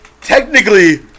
technically